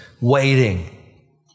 waiting